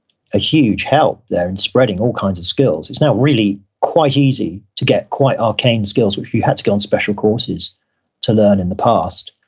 a huge help there in spreading all kinds of skills. it's now really quite easy to get quite arcane skills which you had to go on special courses to learn in the past,